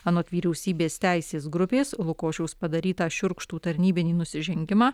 anot vyriausybės teisės grupės lukošiaus padarytą šiurkštų tarnybinį nusižengimą